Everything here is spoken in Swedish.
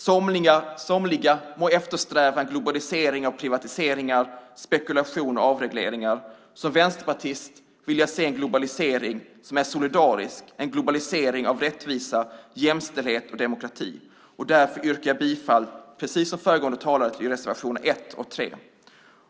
Somliga må eftersträva en globalisering av privatiseringar, spekulation och avregleringar. Som vänsterpartist vill jag se en globalisering som är solidarisk - en globalisering av rättvisa, jämställdhet och demokrati. Därför yrkar jag, precis som föregående talare, bifall till reservationerna 1 och 3.